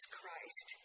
Christ